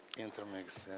intermixed.